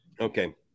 Okay